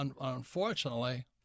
Unfortunately